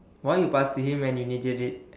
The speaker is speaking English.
why you pass to him when you needed it